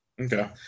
Okay